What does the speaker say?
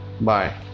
bye